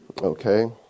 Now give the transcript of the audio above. Okay